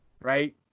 right